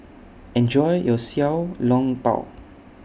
Enjoy your Xiao Long Bao